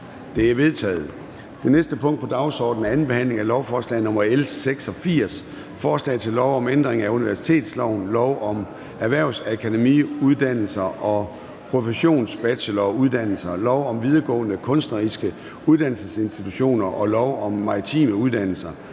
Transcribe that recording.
Det er vedtaget. --- Det næste punkt på dagsordenen er: 29) 2. behandling af lovforslag nr. L 86: Forslag til lov om ændring af universitetsloven, lov om erhvervsakademiuddannelser og professionsbacheloruddannelser, lov om videregående kunstneriske uddannelsesinstitutioner og lov om maritime uddannelser.